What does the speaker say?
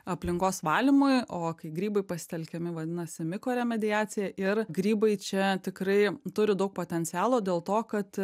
aplinkos valymui o kai grybai pasitelkiami vadinasi mikoremediacija ir grybai čia tikrai turi daug potencialo dėl to kad